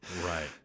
Right